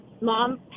mom